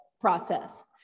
process